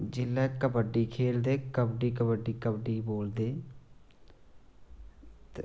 जेल्लै कबड्डी खेल्लदे कबड्डी कबड्डी बोलदे